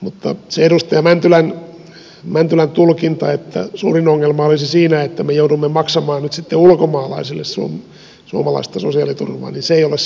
mutta se edustaja mäntylän tulkinta että suurin ongelma olisi siinä että me joudumme maksamaan nyt sitten ulkomaalaisille suomalaista sosiaaliturvaa ei ole se ongelman ydin